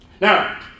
Now